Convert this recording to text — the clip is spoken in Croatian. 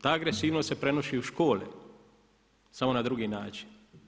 Ta agresivnost se prenosi u škole, samo na drugi način.